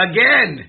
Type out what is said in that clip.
Again